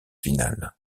finale